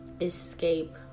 escape